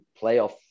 playoff